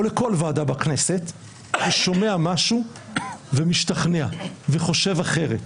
או לכל ועדה בכנסת, שומע משהו, משתכנע וחושב אחרת?